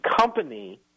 company